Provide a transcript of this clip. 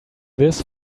this